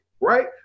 right